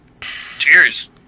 Cheers